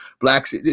blacks